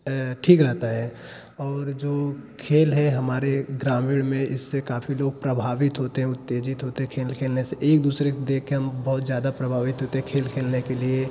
ठीक रहता है और जो खेल है हमारे ग्रामीण में इससे काफ़ी लोग प्रभावित होते हैं उत्तेजित होते हैं खेल खेलने से एक दूसरे को देखकर हम बहुत ज़्यादा प्रभावित होते हैं खेल खेलने के लिए